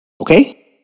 Okay